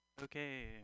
Okay